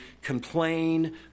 complain